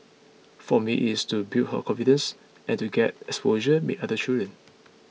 for me it is to build her confidence and to get exposure meet other children